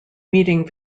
meeting